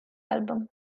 album